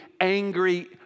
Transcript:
angry